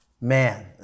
Man